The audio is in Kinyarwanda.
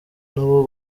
nabo